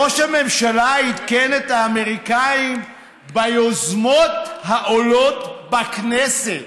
ראש הממשלה עדכן את האמריקנים ביוזמות העולות בכנסת.